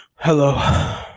hello